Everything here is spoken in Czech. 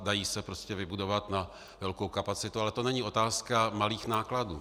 Dají se vybudovat na velkou kapacitu, ale to není otázka malých nákladů.